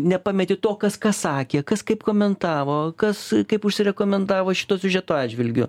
nepameti to kas ką sakė kas kaip komentavo kas kaip užsirekomendavo siužeto atžvilgiu